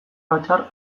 batzar